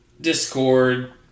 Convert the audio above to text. Discord